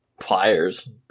pliers